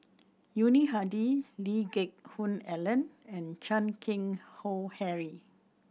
Yuni Hadi Lee Geck Hoon Ellen and Chan Keng Howe Harry